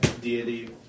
deity